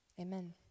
Amen